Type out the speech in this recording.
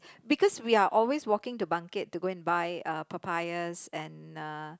because we are always walking to Bangkit to go and buy uh papayas and uh